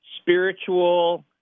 spiritual